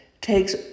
takes